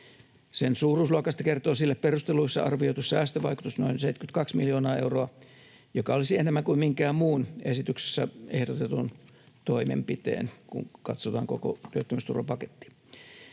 Sen suuruusluokasta kertoo sille perusteluissa arvioitu säästövaikutus, noin 72 miljoonaa euroa, joka olisi enemmän kuin minkään muun esityksessä ehdotetun toimenpiteen, kun katsotaan koko työttömyysturvapakettia.